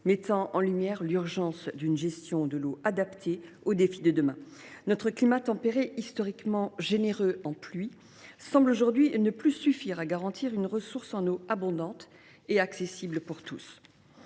mettant en lumière l’urgence d’une gestion de l’eau adaptée aux défis de demain. Notre climat tempéré, historiquement généreux en pluies, semble aujourd’hui ne plus suffire à garantir une ressource en eau abondante et accessible pour tous.